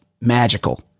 magical